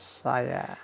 saya